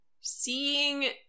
seeing